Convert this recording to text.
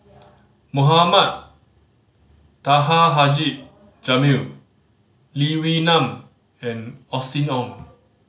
Mohamed Taha Haji Jamil Lee Wee Nam and Austen Ong